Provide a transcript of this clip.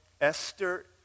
Esther